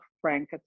Frank